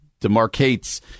demarcates